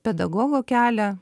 pedagogo kelią